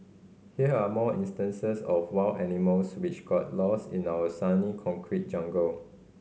here are more instances of wild animals which got lost in our sunny concrete jungle